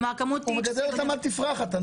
הוא מגדל אותם עד תפרחת.